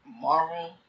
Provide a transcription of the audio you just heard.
Marvel